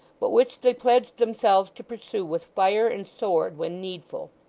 but which they pledged themselves to pursue with fire and sword when needful.